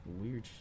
Weird